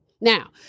Now